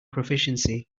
proficiency